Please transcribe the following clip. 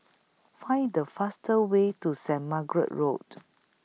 Find The fastest Way to Saint Margaret's Road